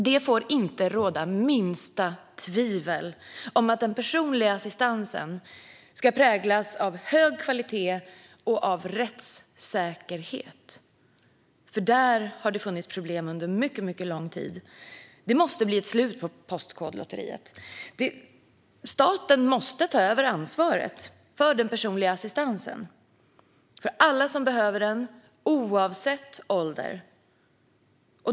Det får inte råda minsta tvivel om att den personliga assistansen ska präglas av hög kvalitet och av rättssäkerhet. Där har det nämligen funnits problem under mycket lång tid. Det måste bli ett slut på postkodlotteriet. Staten måste ta över ansvaret för den personliga assistansen för alla som behöver den, oavsett ålder.